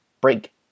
break